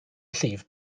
llif